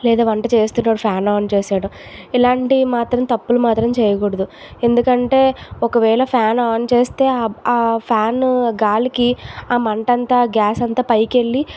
లేదా వంట చేస్తూ ఉంటే ఫ్యాన్ ఆన్ చేసేయడం ఇలాంటివి మాత్రం తప్పులు మాత్రం చేయకూడదు ఎందుకంటే ఒకవేళ ఫ్యాన్ ఆన్ చేస్తే ఆ ఫ్యాన్ గాలికి ఆ మంట అంత గ్యాస్ అంతా పైకి వెళ్ళి